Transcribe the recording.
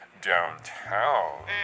downtown